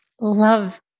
Love